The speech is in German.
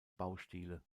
baustile